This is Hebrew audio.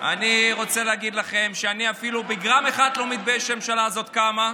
אני רוצה להגיד לכם שאני אפילו בגרם אחד לא מתבייש שהממשלה הזאת קמה,